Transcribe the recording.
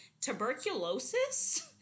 Tuberculosis